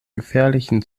gefährlichen